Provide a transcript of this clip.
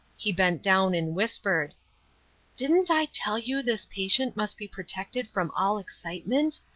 he bent down and whispered didn't i tell you this patient must be protected from all excitement?